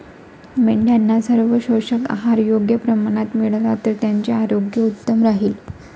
मेंढ्यांना सर्व पोषक आहार योग्य प्रमाणात मिळाला तर त्यांचे आरोग्य उत्तम राहील